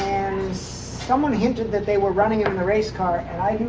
someone hinted that they were running it in the race car. and i do